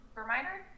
reminder